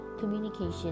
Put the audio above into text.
communication